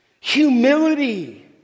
humility